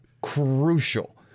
crucial